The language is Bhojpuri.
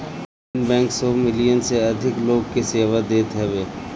इंडियन बैंक सौ मिलियन से अधिक लोग के सेवा देत हवे